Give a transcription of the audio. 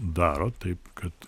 daro taip kad